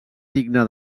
digna